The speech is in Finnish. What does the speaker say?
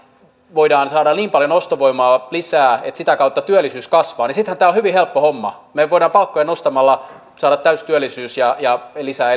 voidaan saada niin paljon ostovoimaa lisää että sitä kautta työllisyys kasvaa sittenhän tämä on hyvin helppo homma me voimme palkkoja nostamalla saada täystyöllisyyden ja ja lisää